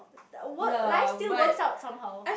work life still work out somehow